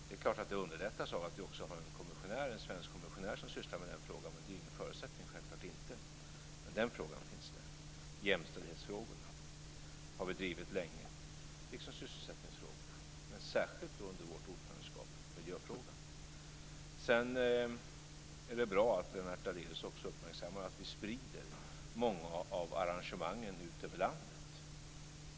Det är klart att det underlättas av att vi också har en svensk kommissionär som sysslar med den frågan, men det är självklart inte någon förutsättning. Den frågan finns där, och likaså jämställdhetsfrågorna. De har vi drivit länge liksom sysselsättningsfrågorna, men särskilt under vårt ordförandeskap gäller det miljöfrågan. Sedan är det bra att Lennart Daléus också uppmärksammar att vi sprider många av arrangemangen ut över landet.